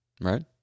right